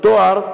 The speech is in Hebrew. בתואר,